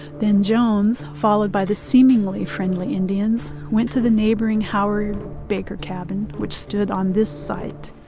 then jones, followed by the seemingly friendly indians, went to the neighboring howard baker cabin, which stood on this site.